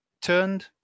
turned